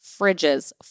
fridges